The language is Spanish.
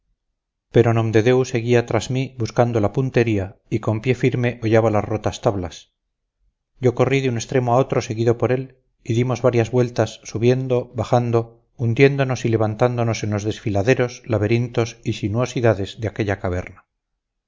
juntas pero nomdedeu seguía tras mí buscando la puntería y con pie firme hollaba las rotas tablas yo corrí de un extremo a otro seguido por él y dimos varias vueltas subiendo bajando hundiéndonos y levantándonos en los desfiladeros laberintos y sinuosidades de aquella caverna